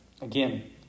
again